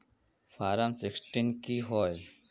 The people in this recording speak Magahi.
फारम सिक्सटीन की होय?